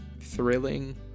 thrilling